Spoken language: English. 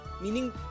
meaning